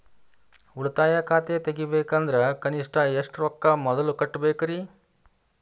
ಉಳಿತಾಯ ಖಾತೆ ತೆಗಿಬೇಕಂದ್ರ ಕನಿಷ್ಟ ಎಷ್ಟು ರೊಕ್ಕ ಮೊದಲ ಕಟ್ಟಬೇಕ್ರಿ?